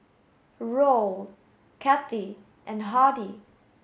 Roll Cathie and Hardy